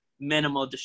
minimal